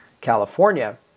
California